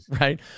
right